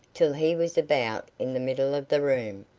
till he was about in the middle of the room,